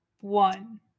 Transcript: one